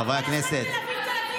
חברי הכנסת,